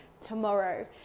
tomorrow